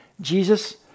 Jesus